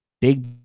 Big